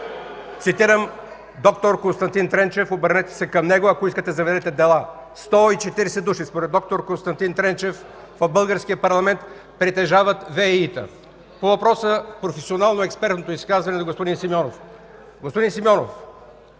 Цитирам д-р Константин Тренчев – обърнете се към него, ако искате заведете дела. Сто и четиридесет души, според д-р Константин Тренчев, в Българския парламент притежават ВЕИ-та. По въпроса – професионално-експертното изказване на господин Симеонов. Господин Симеонов,